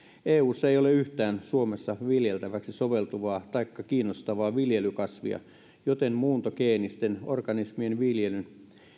eussa ei ole yhtään suomessa viljeltäväksi soveltuvaa taikka kiinnostavaa muuntogeenistä viljelykasvia joten muuntogeenisten organismien viljelyn